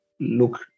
look